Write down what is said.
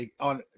on